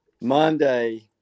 Monday –